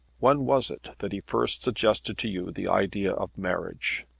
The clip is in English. when was it that he first suggested to you the idea of marriage?